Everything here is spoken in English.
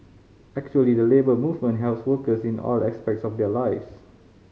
actually the Labour Movement helps workers in all aspects of their lives